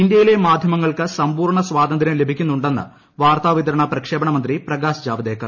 ഇന്തൃയിലെ മാധൃമങ്ങൾക്ക് സമ്പൂർണ്ണ സ്വാതന്ത്ര്യം ലഭിക്കുന്നു ണ്ടെന്ന് വാർത്താ വിതരണ പ്രക്ഷേപണ മന്ത്രി പ്രകാശ് ജാവ്ദേക്കർ